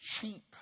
cheap